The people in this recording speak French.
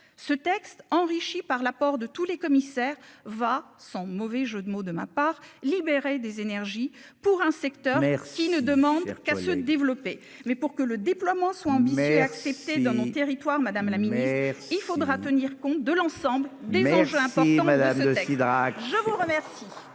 ce texte enrichi par l'apport de tous les commissaires va sans mauvais jeu de mot de ma part, libéré des énergies pour un secteur qui ne demande qu'à se développer, mais pour que le déploiement sont ambitieux, accepté dans nos territoires, Madame la Ministre, il faudra tenir compte de l'ensemble des enjeux importants. Madame de Cidrac je vous remercie.